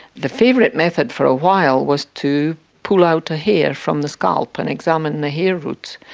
the favourite method for a while was to pull out a hair from the scalp and examine the hair-roots.